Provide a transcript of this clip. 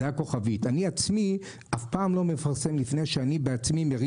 אני עצמי אף פעם לא מפרסם לפני שאני בעצמי מרים